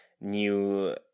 new